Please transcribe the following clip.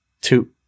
Two